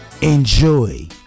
Enjoy